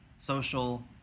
social